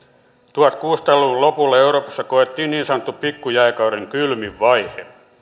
tuhatkuusisataa luvun lopulla euroopassa koettiin niin sanotun pikkujääkauden kylmin vaihe